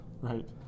Right